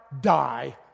die